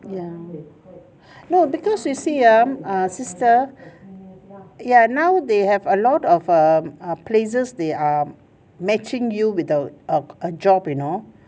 no because you see ah um sister ya now they have a lot of um places they are matching you with a a a job you know